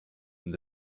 they